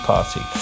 Party